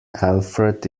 alfred